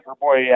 boy